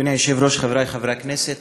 אדוני היושב-ראש, חברי חברי הכנסת,